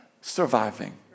surviving